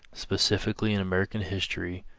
specifically, in american history,